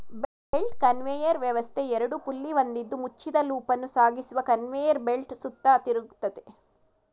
belt conveyor ವ್ಯವಸ್ಥೆ ಎರಡು pulley ಹೊಂದಿದ್ದು ಮುಚ್ಚಿದ ಲೂಪನ್ನು ಸಾಗಿಸುವ ಕನ್ವೇಯರ್ ಬೆಲ್ಟ್ ಸುತ್ತ ತಿರುಗ್ತದೆ